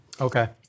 Okay